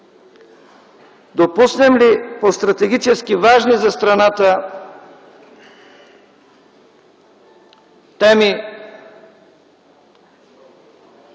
допуснем ли по стратегически важни за страната теми